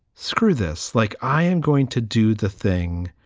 screw this, like i am going to do the thing.